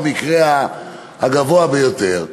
לכל היותר.